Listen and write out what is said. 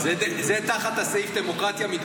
מי שפוגע בביטחון המדינה --- זה תחת הסעיף דמוקרטיה מתגוננת.